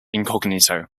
incognito